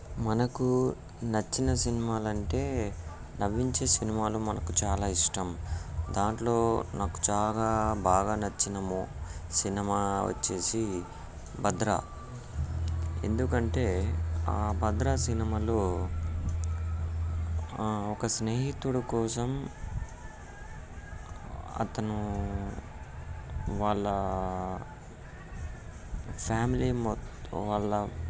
మనకు నచ్చిన సినిమాలు అంటే నవ్వించే సినిమాలు మనకు చాలా ఇష్టం దాంట్లో నాకు చాలా బాగా నచ్చిన మూ సినిమా వచ్చి భద్ర ఎందుకంటే ఆ భద్ర సినిమాలో ఒక స్నేహితుడు కోసం అతను వాళ్ళ ఫ్యామిలీ మొ వాళ్ళ